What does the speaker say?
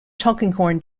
tulkinghorn